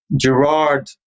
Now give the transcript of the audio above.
Gerard